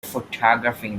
photographing